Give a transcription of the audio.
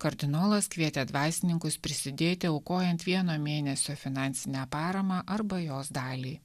kardinolas kvietė dvasininkus prisidėti aukojant vieno mėnesio finansinę paramą arba jos dalį